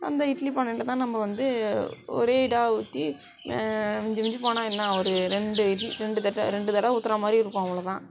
அந்த இட்லி பானையில்தான் நம்ம வந்து ஒரே இதாக ஊற்றி மிஞ்சி மிஞ்சி போனால் என்ன ஒரு ரெண்டு இட்லி ரெண்டு தட்டு ரெண்டு தடவை ஊற்றுறா மாதிரி இருக்கும் அவ்வளோ தான்